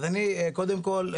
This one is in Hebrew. אז אני קודם כל,